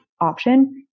option